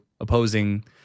opposing